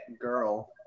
girl